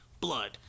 blood